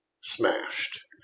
smashed